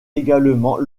également